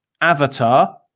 Avatar